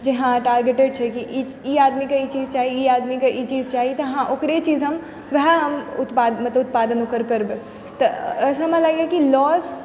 जे हँ टार्गेटेड छै कि ई आदमी के ई चीज चाही ई आदमी के ई चीज चाही तऽ हँ ओकरे चीज हम वएह हम उत्पादन ओकर करबै तऽ हमरा लागै यऽ कि लोस